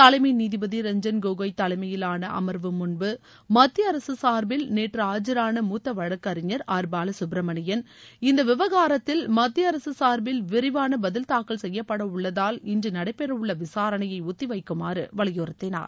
தலைமை நீதிபதி ரஞ்சன் கோகோய் தலைமையிவான அமர்வு முன்பு மத்திய அரசு சார்பில் நேற்று ஆஜரான மூத்த வழக்கறிஞர் ஆர் பாலசுப்பிரமணியன் இந்த விவகாரத்தில் மத்திய அரசு சார்பில் விரிவான பதில் தாக்கல் செய்யப்படவுள்ளதால் இன்று நடைபெறவுள்ள விசாரணையை ஒத்தி வைக்குமாறு வலியுறுத்தினார்